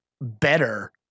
better